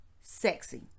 Sexy